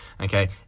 okay